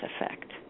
effect